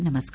नमस्कार